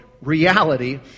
reality